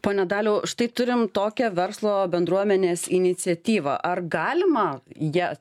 pone daliau štai turim tokią verslo bendruomenės iniciatyvą ar galima ja